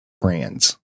brands